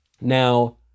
Now